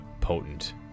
potent